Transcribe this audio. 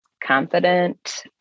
confident